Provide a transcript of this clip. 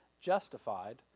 justified